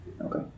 Okay